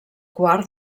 quart